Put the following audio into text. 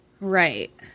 Right